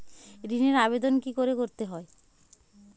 ঋণের আবেদন কি করে করতে হয়?